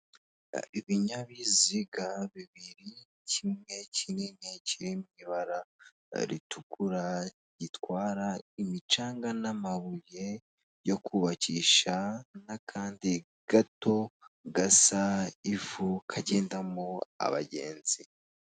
Ibinyabiziga bibiri kimwe kinini kiri m’ ibara ritukura gitwara imicanga, n'amabuye yo kubakisha n'akandi gato gasa ivu kagendamo abagenzi.